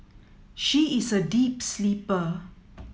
she is a deep sleeper